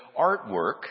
artwork